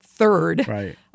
third